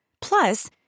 Plus